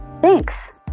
Thanks